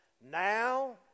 Now